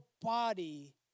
body